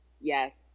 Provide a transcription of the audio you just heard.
yes